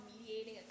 mediating